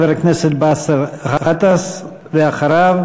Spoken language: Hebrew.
חבר הכנסת באסל גטאס, ואחריו